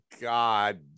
god